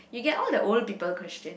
you get all the old people question